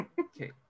Okay